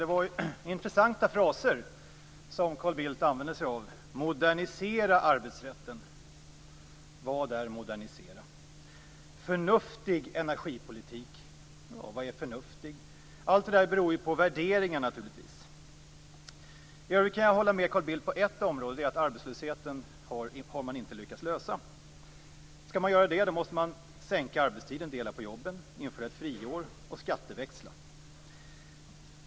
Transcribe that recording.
Det var intressanta fraser som Carl Bildt använde sig av. Modernisera arbetsrätten. Vad är modernisera? Förnuftig energipolitik. Vad är förnuftig? Allt det där beror naturligtvis på värderingar. Jag kan hålla med Carl Bildt på ett område, det är att man inte har lyckats lösa problemen med arbetslösheten. Skall man göra det måste man sänka arbetstiden, dela på jobben, införa ett friår och skatteväxla.